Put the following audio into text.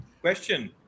question